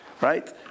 right